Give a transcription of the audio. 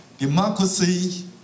democracy